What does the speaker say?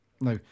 No